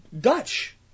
Dutch